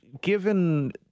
given